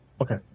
Okay